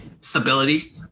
stability